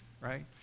right